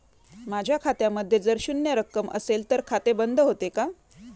माझ्या खात्यामध्ये जर शून्य रक्कम असेल तर खाते बंद होते का?